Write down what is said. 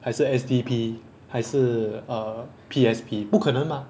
还是 S_D_P 还是 uh P_S_P 不可能 mah